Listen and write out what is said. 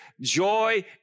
Joy